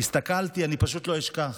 הסתכלתי, אני פשוט לא אשכח,